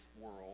world